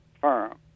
firm